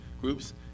groups